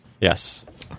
Yes